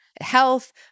Health